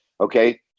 okay